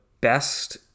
best